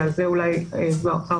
ועל זה אולי --- להרחיב,